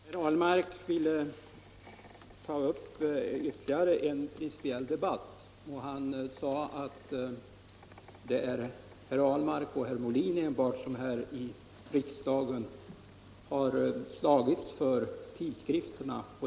Herr talman! Herr Ahlmark ville ta upp ytterligare en principiell debatt. Han sade att det är enbart herr Ahlmark och herr Molin som här i riksdagen har slagits för tidskrifterna.